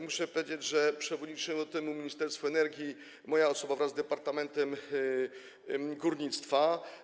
Muszę powiedzieć, że przewodniczyło temu Ministerstwo Energii, moja osoba wraz z Departamentem Górnictwa.